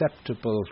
acceptable